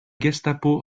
gestapo